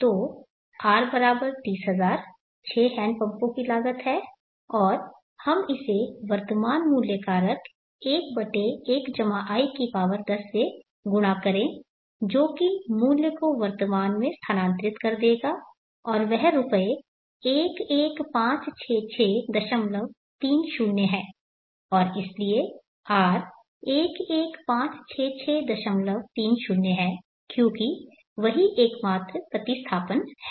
तो R 30000 6 हैंडपंपों की लागत है और हम इसे वर्तमान मूल्य कारक 11i10 से गुणा करें जो कि मूल्य को वर्तमान में स्थानांतरित कर देगा और वह रुपये 1156630 है और इसलिए R 1156630 है क्योंकि वही एकमात्र प्रतिस्थापन है